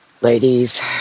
Ladies